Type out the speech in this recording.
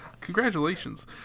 Congratulations